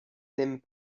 n’aiment